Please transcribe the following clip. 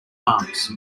arms